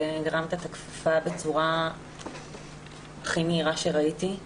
והרמת את הכפפה בצורה הכי מהירה שראיתי.